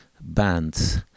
bands